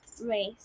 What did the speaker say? race